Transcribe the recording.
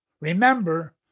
Remember